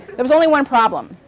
there was only one problem